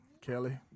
Kelly